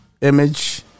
image